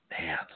Man